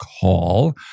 call